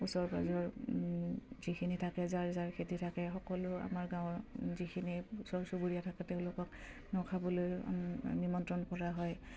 ওচৰ পাজৰ যিখিনি থাকে যাৰ যাৰ খেতি থাকে সকলো আমাৰ গাঁৱৰ যিখিনি ওচৰ চুবুৰীয়া থাকে তেওঁলোকক নখাবলৈ নিমন্ত্ৰণ কৰা হয়